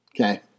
Okay